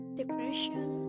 depression